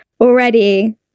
already